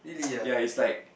ya is like